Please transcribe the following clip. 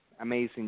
Amazing